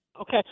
Okay